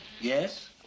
Yes